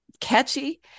catchy